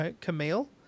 Camille